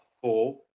four